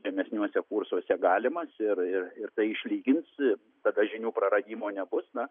žemesniuose kursuose galimas ir ir ir tai išlygins tada žinių praradimo nebus na